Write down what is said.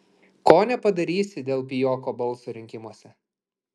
ko nepadarysi dėl pijoko balso rinkimuose